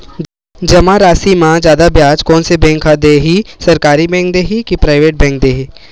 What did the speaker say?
जमा राशि म जादा ब्याज कोन से बैंक ह दे ही, सरकारी बैंक दे हि कि प्राइवेट बैंक देहि?